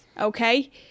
Okay